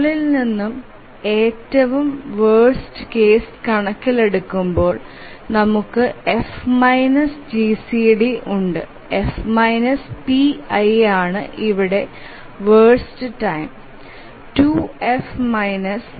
മുകളിൽ നിന്ന് ഏറ്റവും വേർസ്റ് കേസ് കണക്കിലെടുക്കുമ്പോൾ നമുക്ക് F GCD ഉണ്ട് F piയാണ് ഇവിടെ വെയ്റ്റിംഗ് ടൈം